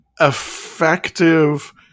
effective